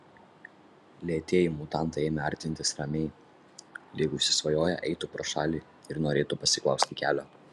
lėtieji mutantai ėmė artintis ramiai lyg užsisvajoję eitų pro šalį ir norėtų pasiklausti kelio